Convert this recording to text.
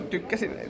Tykkäsin